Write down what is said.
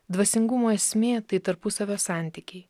dvasingumo esmė tai tarpusavio santykiai